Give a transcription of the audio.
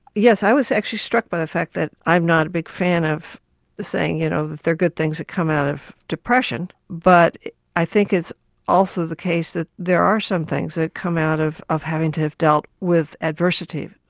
yes, i was actually struck by the fact that i'm not a big fan of saying you know there are good things that come out of depression, but i think it's also the case that there are some things that come out of of having to have dealt with adversity.